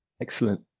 Excellent